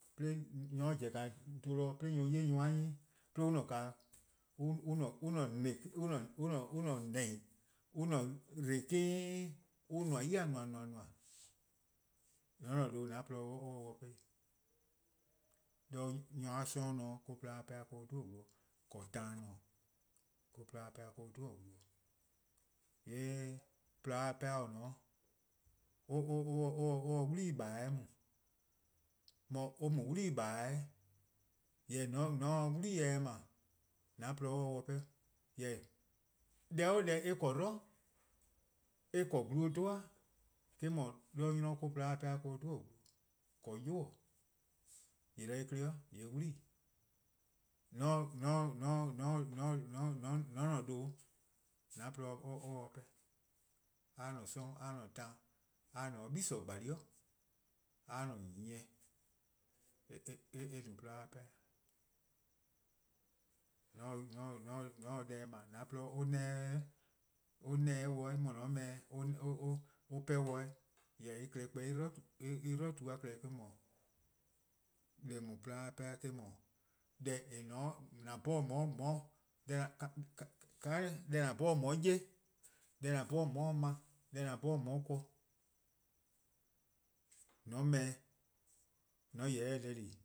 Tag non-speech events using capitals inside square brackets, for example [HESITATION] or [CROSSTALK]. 'De :mor nyor pobo: 'bluhbor 'de :an 'ye :an 'jeh, 'de on [HESITATION] 'de on ne :nehi:, on :ne :dlenkeen', on :nmor 'yi-dih :nmor :nmor :nmor, :mor :on :ne :due :an-' :porluh :se-dih 'pehn 'i. 'De nyor-a 'sororn' 'noror' 'de :porluh-a 'pehn-eh 'dhu-dih-eh glu 'dekorn: taan 'noror', 'de :porluh-a 'pehn-eh 'dhu-dih-eh gwlu. :yee' :porluh-a dih-a :dao' or se 'wlii :baih mu, 'de or mu 'wlii :baih. Jorwor: [HESITATION] :mor :on se 'wli-eh 'ble an :porluh se-: dih 'pehn, jorwor: deh 'o deh eh :korn 'dlu, eh :korn glu 'dhu :da, eh-: 'dhu, 'de 'nynor bo 'de :wor :porluh-a dih 'pehn-eh 'dhu-dih-eh: glu, 'dekorn: 'yu-:, :yee' 'de en 'klei' 'wlii. [HESITATION] :mor :ne :ne :due :an :porluh :se-dih 'pehn, :an :porluh :se-dih 'pehn. :mor a :ne 'sororn' a :ne taan a :ne 'de gle :gbalie: 'i, :mor a :ne nyieh, [HESITATION] eh no :porluh-a dih 'pehn-a. [HESITATION] :mor :on se deh 'ble 'an-a' :poeluh-a 'neneh 'de dih, or 'neneh 'de dih mor :an 'ble-eh, [HESITATION] or 'pehn-dih 'weh, jorwor: en klehkpeh [HESITATION] en 'dlu :tu-a klehkpeh eh :mor, deh :eh no-a :porluh-a dih 'pehn-a eh-: 'dhu, deh :eh :ne-a 'o, [HESITATION] deh :an 'bhorn :on 'ye-a 'ye, 'de :an 'bhorn :on 'ye-a 'ble, deh :an 'bhorn :on 'ye-a :korn, :mor :on 'ble-eh, :an :yeh se deh di :an 'bhorn;